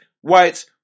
whites